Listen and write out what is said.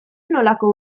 nolako